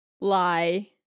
lie